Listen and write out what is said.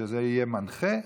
שזה יהיה מנחה,